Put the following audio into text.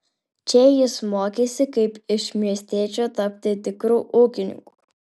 čia jis mokėsi kaip iš miestiečio tapti tikru ūkininku